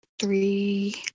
three